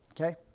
okay